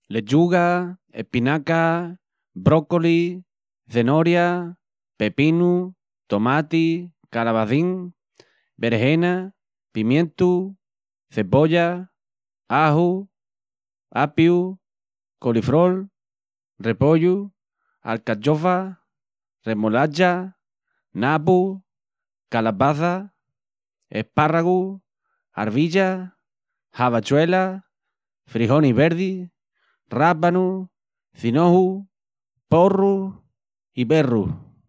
Lechuga, espinaca, brócoli, cenoria, pepinu, tomati, calabacín, berejena, pimientu, cebolla, aju, apiu, colifrol, repollu, alcachofa, remolacha, nabu, calabaça, espárragus, arvillas, havachuelas, frijonis verdis, rábanus, cinoju, porrus i berrus.